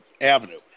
avenue